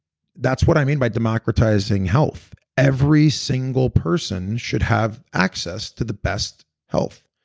that's what i mean by democratizing health. every single person should have access to the best health.